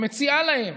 שמציעה להם,